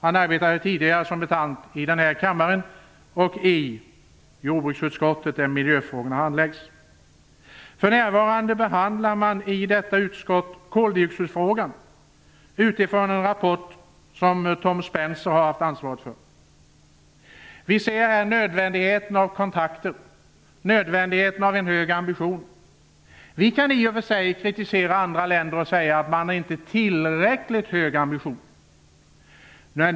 Han arbetade tidigare som bekant i denna riksdag och dess jordbruksutskott där miljöfrågorna handläggs. För närvarande behandlar man i EU:s miljöutskott koldioxidfrågan utifrån en rapport som Tom Spencer har ansvaret för. Vi ser här nödvändigheten av kontakter, nödvändigheten av höga ambitioner. Vi kan i och för sig kritisera andra länder och säga att de inte har tillräckligt höga ambitioner.